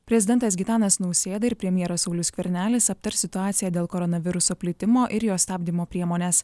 prezidentas gitanas nausėda ir premjeras saulius skvernelis aptars situaciją dėl koronaviruso plitimo ir jo stabdymo priemones